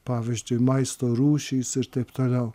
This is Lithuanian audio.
pavyzdžiui maisto rūšys ir taip toliau